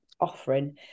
offering